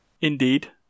Indeed